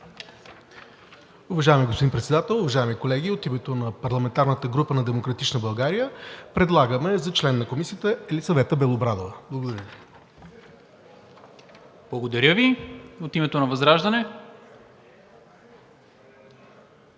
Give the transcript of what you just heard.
Уважаеми господин Председател, уважаеми колеги! От името на парламентарната група на „Демократична България“ предлагаме за член на Комисията Елисавета Белобрадова. Благодаря Ви. ПРЕДСЕДАТЕЛ НИКОЛА МИНЧЕВ: Благодаря